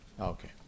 Okay